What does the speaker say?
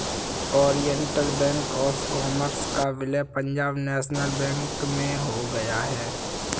Oriental Bank of Commerce का विलय Punjab National Bank में हो गया है